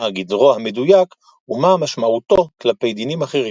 מה גידרו המדויק ומה משמעותו כלפי דינים אחרים.